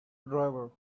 driver